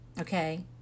Okay